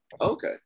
Okay